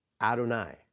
Adonai